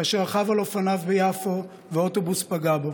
כאשר רכב על אופניו ביפו ואוטובוס פגע בו,